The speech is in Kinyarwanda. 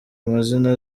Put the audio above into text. amazina